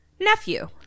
Nephew